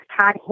Todd